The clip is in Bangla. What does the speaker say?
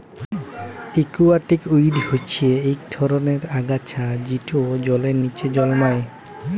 একুয়াটিক উইড হচ্যে ইক ধরলের আগাছা যেট জলের লিচে জলমাই